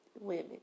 women